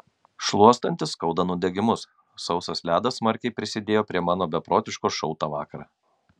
šluostantis skauda nudegimus sausas ledas smarkiai prisidėjo prie mano beprotiško šou tą vakarą